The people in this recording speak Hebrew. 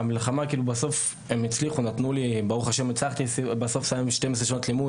בסוף הצלחתי לסיים שתים עשרה שנות לימוד,